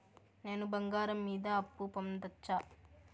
నేను బంగారం మీద అప్పు పొందొచ్చా?